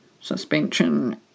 suspension